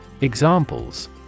Examples